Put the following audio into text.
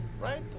right